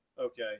Okay